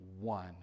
one